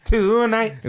Tonight